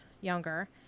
younger